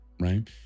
right